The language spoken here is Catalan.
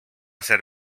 ser